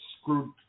screwed